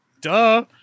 duh